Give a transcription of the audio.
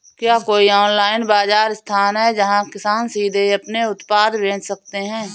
क्या कोई ऑनलाइन बाज़ार स्थान है जहाँ किसान सीधे अपने उत्पाद बेच सकते हैं?